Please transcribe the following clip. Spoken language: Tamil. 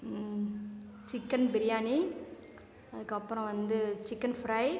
சிக்கன் பிரியாணி அதற்கப்பறம் வந்து சிக்கன் ஃப்ரை